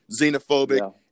xenophobic